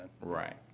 Right